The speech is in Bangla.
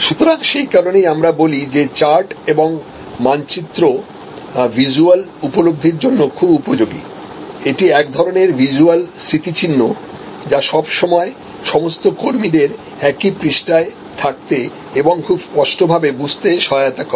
সুতরাং সেই কারণেই আমরা বলি যে চার্ট এবং মানচিত্র ভিজ্যুয়াল উপলব্ধির জন্য খুব উপযোগীএটি এক ধরণের ভিজ্যুয়াল স্মৃতিচিহ্ন যা সব সময় সমস্ত কর্মীদের একই পৃষ্ঠায় থাকতে এবং খুব স্পষ্টভাবে বুঝতে সহায়তা করে